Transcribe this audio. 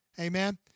amen